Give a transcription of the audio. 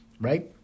Right